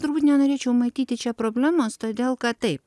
turbūt nenorėčiau matyti čia problemos todėl kad taip